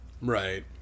Right